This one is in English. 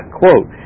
quote